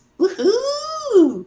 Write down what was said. Woohoo